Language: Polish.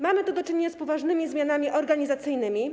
Mamy tu do czynienia z poważnymi zmianami organizacyjnymi.